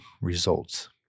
results